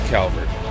Calvert